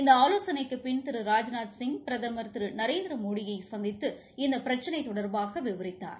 இந்த ஆலோசனைக்குப் பின் திரு ராஜ்நாத்சிங் பிரதமர் திரு நரேந்திரமோடி யை சந்தித்து இந்த பிரச்சினை தொடர்பாக விவரித்தார்